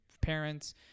parents